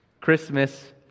Christmas